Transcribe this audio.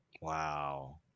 wow